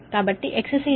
కాబట్టి XC 68